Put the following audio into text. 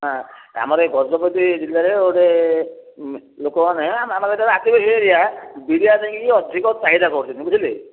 ହଁ ଆମର ଏଇ ଗଜପତି ଜିଲ୍ଲାରେ ଗୋଟେ ଲୋକମାନେ ଆମର ଏ ହାତୀ ବାତୀ ଏରିଆ ମିଡିଆ ଯାଇକି ଯାଇକି ଅଧିକ ଚାହିଦା କରୁଛନ୍ତି ବୁଝିଲେ